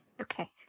Okay